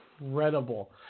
incredible